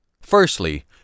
Firstly